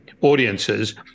audiences